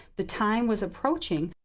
the time was approaching.